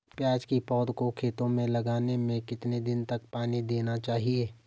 प्याज़ की पौध को खेतों में लगाने में कितने दिन तक पानी देना चाहिए?